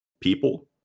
People